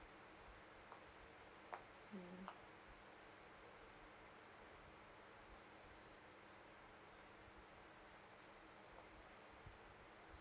mm